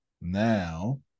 Now